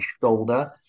shoulder